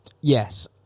Yes